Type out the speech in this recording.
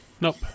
Nope